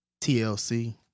TLC